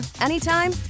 anytime